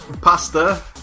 Pasta